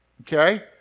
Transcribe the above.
okay